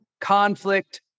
conflict